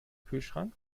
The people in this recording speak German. kühlschrank